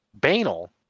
banal